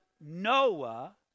Noah